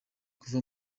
kuva